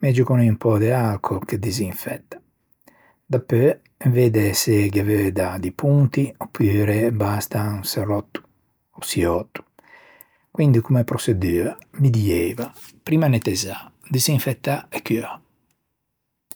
megio con un pö de alcòl che te disinfetta. Dapeu, vedde se ghe veu dâ di ponti opure basta un çerotto ò çiöto. Quindi comme proçedua mi dieiva: primma nettezzâ, disinfettâ e cuâ.